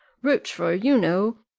rochfort, you know